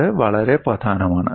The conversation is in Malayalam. അത് വളരെ പ്രധാനമാണ്